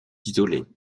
isolée